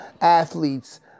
athletes